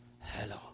hello